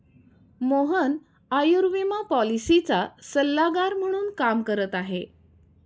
मोहन आयुर्विमा पॉलिसीचा सल्लागार म्हणून काम करत आहे